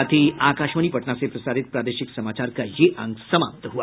इसके साथ ही आकाशवाणी पटना से प्रसारित प्रादेशिक समाचार का ये अंक समाप्त हुआ